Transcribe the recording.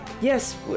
Yes